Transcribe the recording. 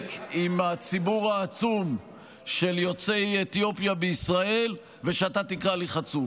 צדק עם הציבור העצום של יוצאי אתיופיה בישראל ושאתה תקרא לי "חצוף".